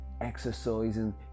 exercising